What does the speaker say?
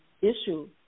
issue